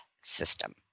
system